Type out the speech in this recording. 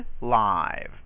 live